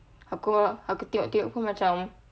aku aku tengok tengok pun macam